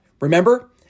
Remember